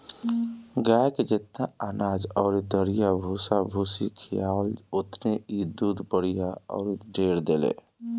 गाए के जेतना अनाज अउरी दरिया भूसा भूसी खियाव ओतने इ दूध बढ़िया अउरी ढेर देले